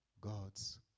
God's